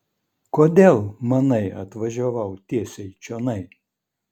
kodėl manai atvažiavau tiesiai čionai